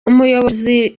umuyobozi